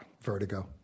Vertigo